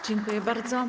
Dziękuję bardzo.